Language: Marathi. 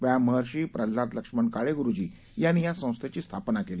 व्यायाम महर्षी प्रल्हाद लक्ष्मण काळे ग्रुजी यांनी या संस्थेची स्थापना केली